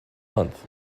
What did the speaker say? month